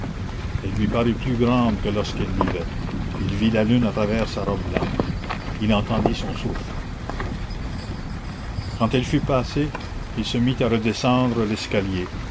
elle lui parut plus grande que lorsqu'elle vivait il vit la lune à travers sa robe blanche il entendit son souffle quand elle fut passée il se mit à redescendre l'escalier